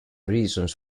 reasons